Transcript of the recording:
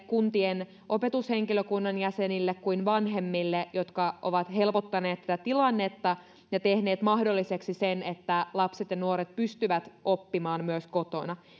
kuntien opetushenkilökunnan jäsenille kuin vanhemmille jotka ovat helpottaneet tätä tilannetta ja tehneet mahdolliseksi sen että lapset ja nuoret pystyvät oppimaan myös kotona